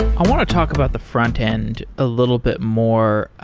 i want to talk about the front-end a little bit more.